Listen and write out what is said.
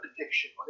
addiction